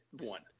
one